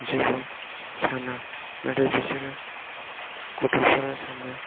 जेबो साना आरो बिसोर गथ'फोरा सानो